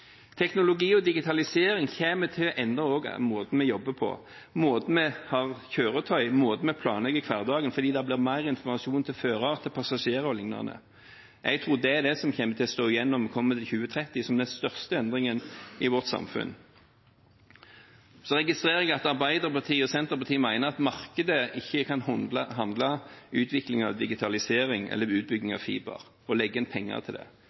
Teknologi og digitalisering kommer til å endre måten vi jobber på, måten vi bruker kjøretøy på, måten vi planlegger hverdagen på, fordi det blir mer informasjon til fører, til passasjerer, o.l. Jeg tror det er det som kommer til å stå igjen som den største endringen i vårt samfunn når vi kommer til 2030. Jeg registrerer at Arbeiderpartiet og Senterpartiet mener at markedet ikke kan håndtere utvikling av digitalisering eller utbygging av fiber eller legge inn penger til det.